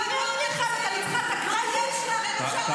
אני לא אקשיב לנאום שלך.